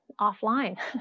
offline